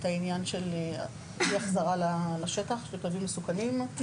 העניין של אי החזרה לשטח של כלבים מסוכנים,